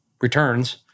returns